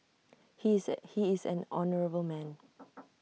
he is an he is an honourable man